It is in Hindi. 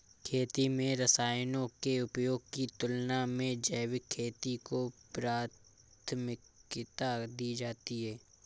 खेती में रसायनों के उपयोग की तुलना में जैविक खेती को प्राथमिकता दी जाती है